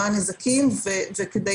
מה הנזקים וכדי